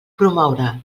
promoure